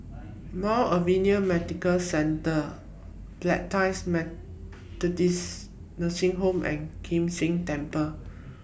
Mount Alvernia Medical Centre Bethany Methodist Nursing Home and Kim San Temple